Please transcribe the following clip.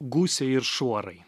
gūsiai ir šuorai